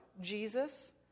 Jesus